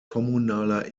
kommunaler